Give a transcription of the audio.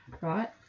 right